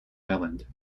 island